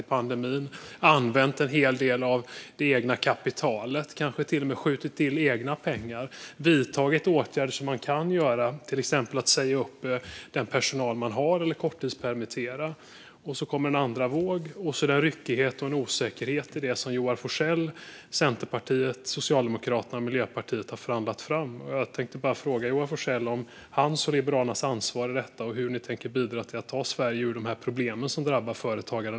De har kanske använt en hel del av det egna kapitalet. De kanske till och med har skjutit till egna pengar. De har vidtagit de åtgärder som de kan vidta - de har till exempel sagt upp personalen eller korttidspermitterat. Och så kommer det en andra våg. Och det är en ryckighet och osäkerhet i det som Joar Forssell, Centerpartiet, Socialdemokraterna och Miljöpartiet har förhandlat fram. Jag tänkte bara fråga Joar Forssell om hans och Liberalernas ansvar i detta. Hur tänker ni bidra till att ta Sverige ur de problem som nu drabbar företagare?